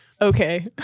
Okay